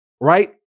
right